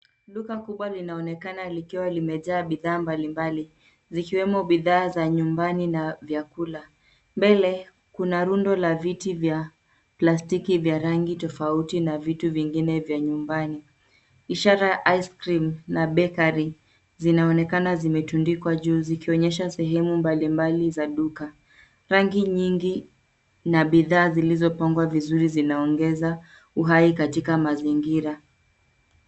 Duka kubwa linaonekana likiwa limejaa bidhaa mbali mbali, zikiwemo bidhaa za nyumbani na vyakula. Mbele, kuna rundo la viti vya plastiki vya rangi tofauti na vitu vingine vya nyumbani. Ishara ya ice cream na bakery zinaonekana zimetundikwa juu zikionyesha sehemu mbali mbali za duka. Rangi nyingi na bidhaa zilizopangwa vizuri zinaongeza uhai katika mazingira.